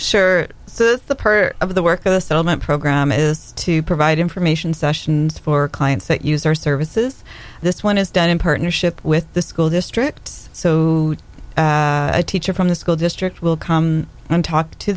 so the per of the work of the settlement program is to provide information sessions for clients that use their services this one is done in partnership with the school district so a teacher from the school district will come and talk to